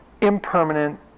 impermanent